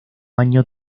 año